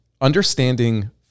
understanding